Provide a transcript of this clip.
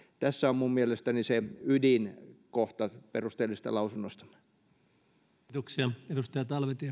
tässä on minun mielestäni se ydinkohta perusteellisesta lausunnosta